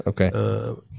Okay